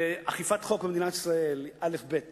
אכיפת חוק במדינת ישראל היא אלף-בית